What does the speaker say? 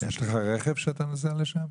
יש לך רכב שאתה נוסע לשם?